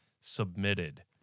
submitted